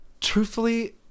Truthfully